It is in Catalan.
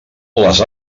les